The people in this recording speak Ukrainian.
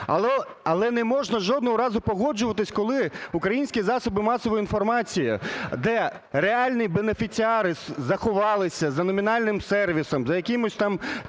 Але не можна жодного разу погоджуватись, коли в українські засоби масової інформації, де реальний бенефіціари заховалися за номінальним сервісом за якимись, там,